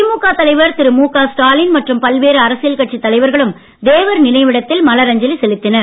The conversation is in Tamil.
திமுக தலைவர் திரு முக ஸ்டாலின் மற்றும் பல்வேறு அரசியல் கட்சித் தலைவர்களும் தேவர் நினைவிடத்தில் மலர் அஞ்சலி செலுத்தினர்